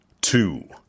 two